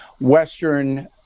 Western